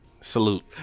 Salute